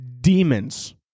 demons